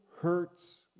hurts